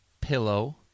pillow